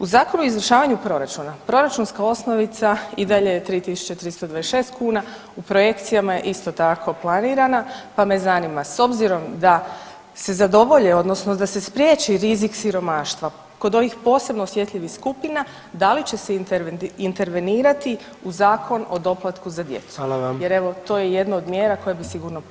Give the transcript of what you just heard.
U Zakonu o izvršavanju proračuna proračunska osnovica i dalje je 3.326 kuna, u projekcijama je isto tako planirana, pa me zanima s obzirom da se zadovolje odnosno da se spriječi rizik siromaštva kod ovih posebno osjetljivih skupina da li će se intervenirati u Zakon o doplatku za djecu [[Upadica: Hvala vam]] jer evo to je jedna od mjera koja bi sigurno pomogla.